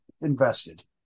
invested